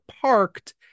parked